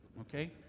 okay